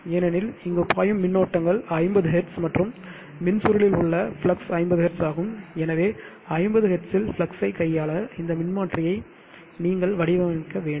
ஏனெனில் இங்கு பாயும் மின்னூட்டங்கள் 50 ஹெர்ட்ஸ் மற்றும் மின்சுருளில் உள்ள ஃப்ளக்ஸ் 50 ஹெர்ட்ஸ் ஆகும் எனவே 50 ஹெர்ட்ஸில் ஃப்ளக்ஸ்யை கையாள இந்த மின்மாற்றியை நீங்கள் வடிவமைக்க வேண்டும்